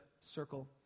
circle